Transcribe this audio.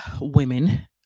women